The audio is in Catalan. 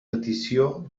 petició